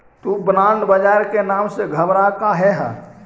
तु बॉन्ड बाजार के नाम से घबरा काहे ह?